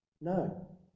No